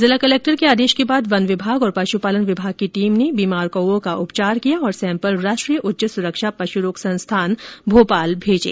जिला कलेक्टर के आदेश के बाद वन विभाग और पशुपालन विभाग की टीम ने बीमार कौओं का उपचार किया तथा सैम्पल राष्ट्रीय उच्च सुरक्षा पशुरोग संस्थान भोपाल भेजे